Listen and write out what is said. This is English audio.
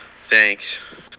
Thanks